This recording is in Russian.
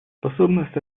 способность